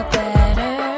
better